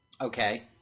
Okay